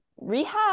rehab